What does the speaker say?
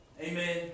Amen